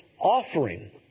offering